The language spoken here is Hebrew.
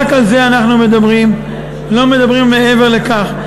רק על זה אנחנו מדברים, לא מדברים מעבר לכך.